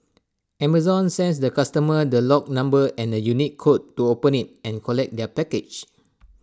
Amazon sends the customer the lock number and unique code to open IT and collect their package